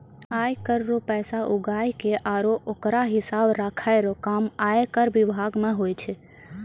आय कर रो पैसा उघाय के आरो ओकरो हिसाब राखै रो काम आयकर बिभाग मे हुवै छै